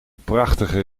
prachtige